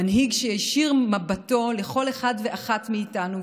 מנהיג שיישיר מבטו לכל אחד ואחת מאיתנו,